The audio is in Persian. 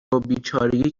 بیچارگی